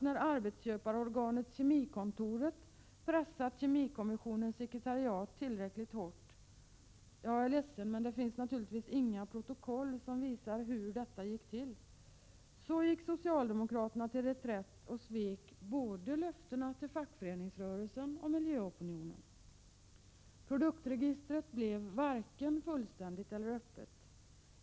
När arbetsköparorganet Kemikontoret hade pressat kemikommissionens sekretariat tillräckligt hårt — jag beklagar, men det finns naturligtvis inga protokoll som visar hur detta gick till — gick socialdemokraterna till reträtt och svek löftena både till fackföreningsrörelsen och till miljöopinionen. Produktregistret blev varken fullständigt eller öppet.